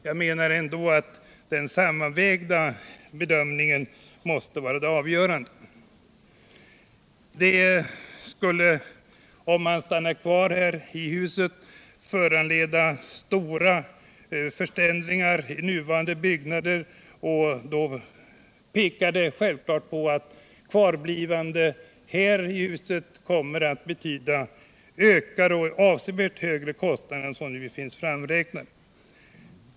Jag menar ändå att den sammanvägda totala bedömningen måste vara det avgörande för ställningstagandet. Ett kvarstannande här i huset skulle föranleda stora förändringar i nuvarande byggnader, vilket pekar på att ett kvarblivande skulle betyda avsevärt högre kostnader för riksdagen än som nu finns framräknade.